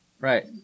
Right